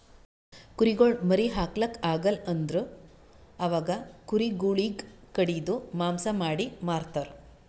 ಕುರಿಗೊಳ್ ಮರಿ ಹಾಕ್ಲಾಕ್ ಆಗಲ್ ಅಂದುರ್ ಅವಾಗ ಕುರಿ ಗೊಳಿಗ್ ಕಡಿದು ಮಾಂಸ ಮಾಡಿ ಮಾರ್ತರ್